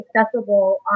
accessible